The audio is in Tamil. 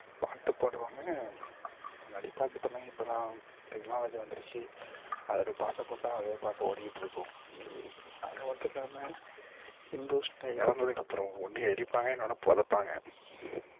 பாட்டு பாடுவாங்க முன்னாடி பாட்டு பாடுனாங்க இப்போலாம் டெக்னாலஜி வந்துருச்சு அது ஒரு பாட்டை போட்டா அதே பாட்டு ஓடிகிட்டுருக்கும் அது மட்டும் இல்லாம ஹிந்துஸ்ல இறந்ததுக்கப்றோம் ஒன்று எரிப்பாங்க இன்னொன்று புதப்பாங்க